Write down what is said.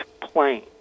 plane